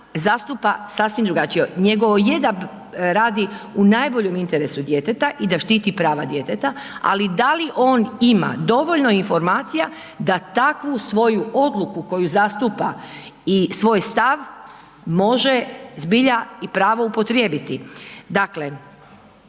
zastupa sasvim drugačije. njegovo je da radi u najboljem interesu djeteta i da štiti prava djeteta ali da li on ima dovoljno informacija da takvu svoju odluku koju zastupa i svoj stav, može zbilja i pravo upotrijebiti?